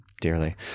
dearly